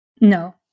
No